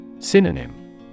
Synonym